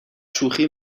شوخی